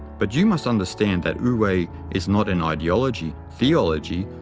but you must understand that wu-wei is not an ideology, theology,